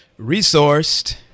resourced